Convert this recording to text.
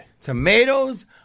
Tomatoes